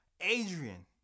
Adrian